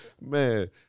man